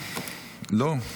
לא,